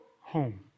Home